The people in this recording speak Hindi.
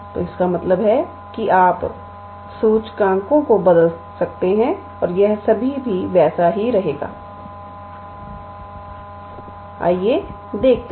तो इसका मतलब है कि आप सूचकांकों को बदल सकते हैं और यह तब भी वैसा ही रहेगा आइए देखते हैं